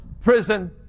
prison